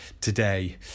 today